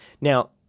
Now